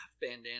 Bandana